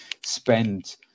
spend